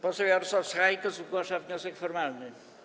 Poseł Jarosław Sachajko zgłasza wniosek formalny.